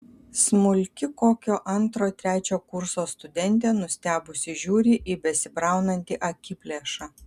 smulki kokio antro trečio kurso studentė nustebusi žiūri į besibraunantį akiplėšą